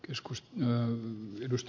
arvoisa puhemies